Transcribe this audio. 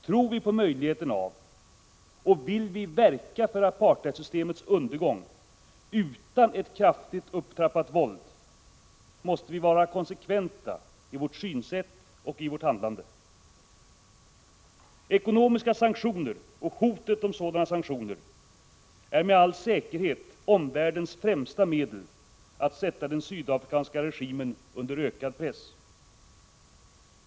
Tror vi på möjligheten av och vill vi verka för apartheidsystemets undergång utan ett kraftigt upptrappat våld, måste vi vara konsekventa i vårt synsätt och i vårt handlande. Ekonomiska sanktioner och hotet om sådana sanktioner är med all säkerhet omvärldens främsta medel att sätta den sydafrikanska regimen under ökad press.